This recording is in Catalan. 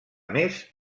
més